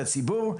הציבור.